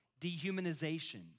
dehumanization